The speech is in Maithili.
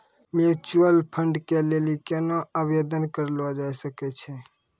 म्यूचुअल फंड के लेली केना आवेदन करलो जाय सकै छै?